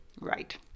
Right